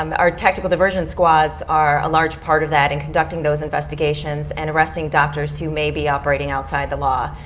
um our tactical diversion squads are a large part of that in conducting those investigations and arresting doctors who may be operating outside the law.